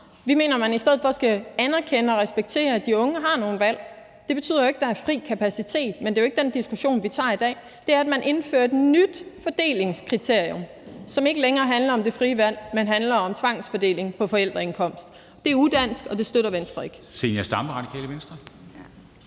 Vi mener, at man i stedet for skal anerkende og respektere, at de unge har nogle valg. Det betyder ikke, at der er fri kapacitet, men det er jo ikke den diskussion, vi tager i dag. Det er, at man indfører et nyt fordelingskriterium, som ikke længere handler om det frie valg, men handler om tvangsfordeling på baggrund af forældreindkomst. Det er udansk, og det støtter Venstre ikke.